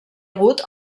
hagut